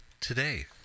today